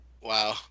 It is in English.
wow